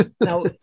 Now